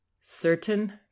certain